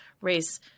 race